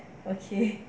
okay